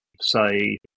say